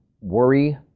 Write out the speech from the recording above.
worry